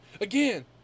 Again